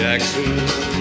Jackson